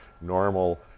normal